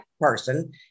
person